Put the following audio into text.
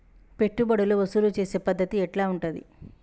పెట్టుబడులు వసూలు చేసే పద్ధతి ఎట్లా ఉంటది?